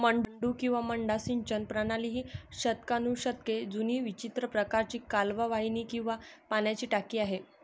मड्डू किंवा मड्डा सिंचन प्रणाली ही शतकानुशतके जुनी विचित्र प्रकारची कालवा वाहिनी किंवा पाण्याची टाकी आहे